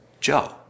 Joe